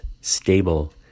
Stable